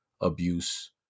abuse